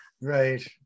Right